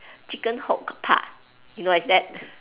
chicken hook park you know what is that